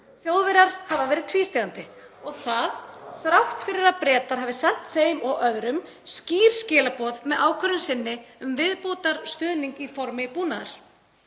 Þjóðverjar hafa verið tvístígandi og það þrátt fyrir að Bretar hafi sent þeim og öðrum skýr skilaboð með ákvörðun sinni um viðbótarstuðning í formi búnaðar.